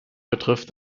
betrifft